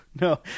no